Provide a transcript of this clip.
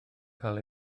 cael